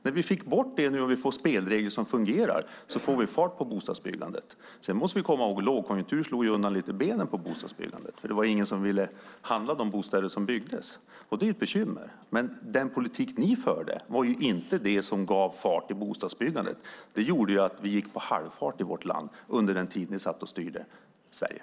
När vi fick bort det och om vi nu får spelregler som fungerar får vi fart på bostadsbyggandet. Vi måste också komma ihåg att lågkonjunkturen slog undan benen på bostadsbyggandet. Det var ju ingen som ville köpa de bostäder som byggdes. Det är ett bekymmer, men den politik ni förde var inte det som gav fart i bostadsbyggandet. Det gjorde i stället att vi gick på halvfart i vårt land under den tid ni satt och styrde Sverige.